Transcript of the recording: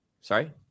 Sorry